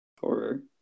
horror